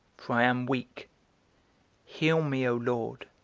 for i am weak heal me, o lord,